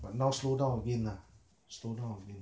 but now slow down again lah slow down again